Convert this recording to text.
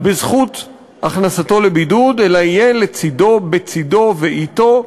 בזכות הכנסתו לבידוד אלא יהיה לצדו, בצדו ואתו,